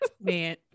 Man